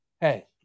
Hey